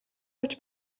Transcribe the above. явж